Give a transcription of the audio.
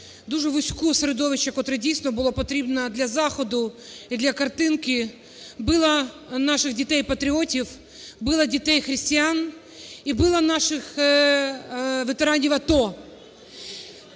дуже вузьке середовище, котре, дійсно, було потрібне для заходу і для картинки, била наших дітей-патріотів, била дітей-християн і била наших ветеранів АТО.